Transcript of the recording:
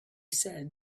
said